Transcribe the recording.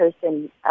person